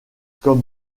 comme